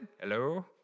Hello